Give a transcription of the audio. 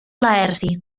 laerci